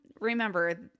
remember